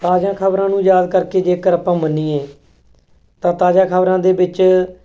ਤਾਜ਼ਾ ਖ਼ਬਰਾਂ ਨੂੰ ਯਾਦ ਕਰਕੇ ਜੇਕਰ ਆਪਾਂ ਮੰਨੀਏ ਤਾਂ ਤਾਜ਼ਾ ਖ਼ਬਰਾਂ ਦੇ ਵਿੱਚ